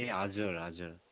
ए हजुर हजुर